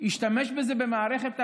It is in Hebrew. השתמש בזה במערכת הבחירות.